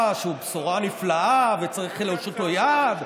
שהוא בשורה נפלאה וצריך להושיט לו יד.